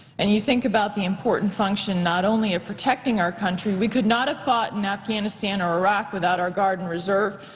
and you think about the important function not only protecting our country, we could not have fought in afghanistan and iraq without our guard and reserve.